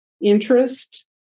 interest